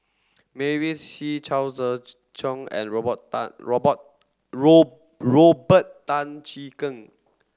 Mavis Hee Chao Tzee Cheng and Robert Tan Robert Robert Tan Jee Keng